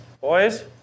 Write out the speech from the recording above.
boys